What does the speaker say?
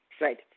Right